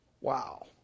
Wow